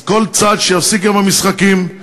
אז שכל צד יפסיק עם המשחקים,